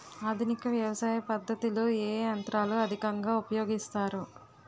ఆధునిక వ్యవసయ పద్ధతిలో ఏ ఏ యంత్రాలు అధికంగా ఉపయోగిస్తారు?